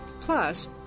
Plus